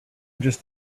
just